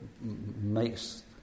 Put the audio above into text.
makes